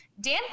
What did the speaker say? Dan